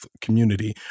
community